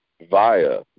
via